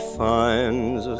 finds